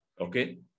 okay